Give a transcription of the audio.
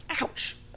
ouch